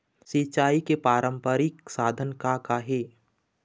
सिचाई के पारंपरिक साधन का का हे?